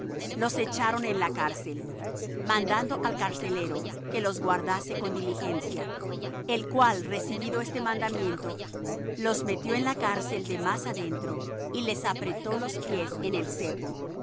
los echaron en la cárcel mandando al carcelero que los guardase con diligencia el cual recibido este mandamiento los metió en la cárcel de más adentro y les apretó los pies en el cepo